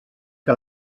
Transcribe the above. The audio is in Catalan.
que